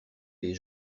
les